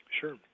Sure